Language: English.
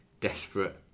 desperate